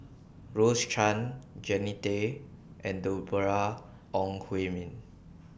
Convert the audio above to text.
Rose Chan Jannie Tay and Deborah Ong Hui Min